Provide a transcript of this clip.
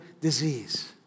disease